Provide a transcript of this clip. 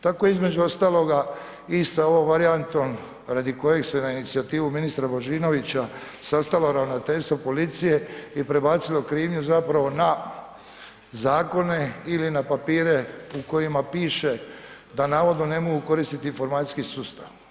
Tako između ostaloga i sa ovom varijantom radi kojeg se na inicijativu ministra Božinovića sastalo ravnateljstvo policije i prebacilo krivnju zapravo na zakone ili na papire u kojima piše da navodno ne mogu koristit informacijski sustav.